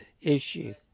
issue